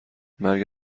مرگ